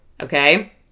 okay